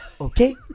okay